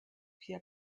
vier